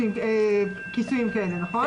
אין חובה לקבוע כיסויים כאלה, נכון?